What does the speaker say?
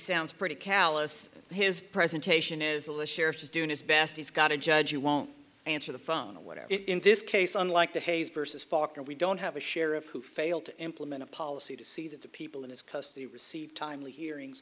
sounds pretty callous his presentation is a list sheriff is doing his best he's got a judge who won't answer the phone or whatever in this case unlike the hayes versus faulkner we don't have a sheriff who failed to implement a policy to see that the people in his custody receive timely hearings